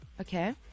Okay